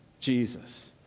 Jesus